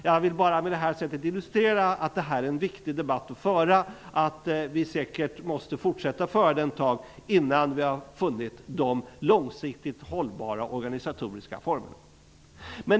Jag vill bara på detta sätt illustrera att det här är en viktig debatt att föra, att vi säkert måste fortsätta att föra den ett tag innan vi funnit de långsiktigt hållbara organisatoriska formerna.